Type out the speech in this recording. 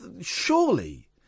Surely